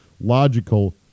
logical